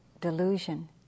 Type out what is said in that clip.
delusion